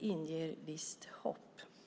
inger visst hopp.